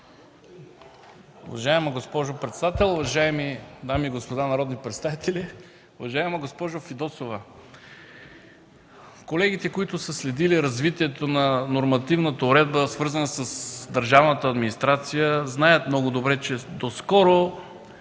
Уважаема госпожо председател, уважаеми дами и господа народни представители, уважаема госпожо Фидосова! Колегите, които са следили развитието на нормативната уредба, свързана с държавната администрация, знаят много добре, че доскоро